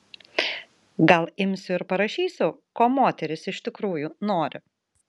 gal imsiu ir parašysiu ko moterys iš tikrųjų nori